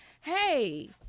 hey